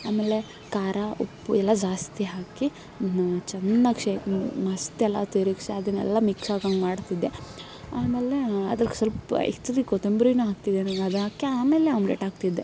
ಆಮೇಲೆ ಖಾರ ಉಪ್ಪು ಎಲ್ಲ ಜಾಸ್ತಿ ಹಾಕಿ ಇನ್ನೂ ಚೆನ್ನಾಗಿ ಶೇಕ್ ಮಸ್ತ್ ಎಲ್ಲ ತಿರುಗಿಸಿ ಅದನ್ನೆಲ್ಲ ಮಿಕ್ಸ್ ಆಗೋಂಗೆ ಮಾಡ್ತಿದ್ದೆ ಆಮೇಲೆ ಅದಕ್ಕೆ ಸ್ವಲ್ಪ ಆಕ್ಚುಲಿ ಕೊತ್ತಂಬರೀನು ಹಾಕ್ತಿದ್ದೆ ನಾನು ಅದಾಕಿ ಆಮೇಲೆ ಆಮ್ಲೇಟ್ ಹಾಕ್ತಿದ್ದೆ